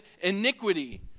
iniquity